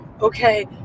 okay